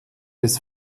des